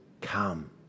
come